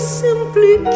simply